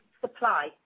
supply